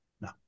No